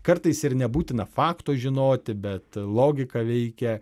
kartais ir nebūtina fakto žinoti bet logika veikia